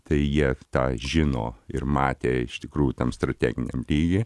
tai jie tą žino ir matė iš tikrųjų tam strateginiam lygy